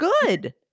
Good